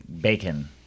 bacon